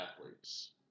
athletes